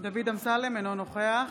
אינו נוכח